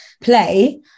play